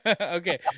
okay